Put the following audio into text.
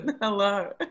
Hello